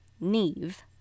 neve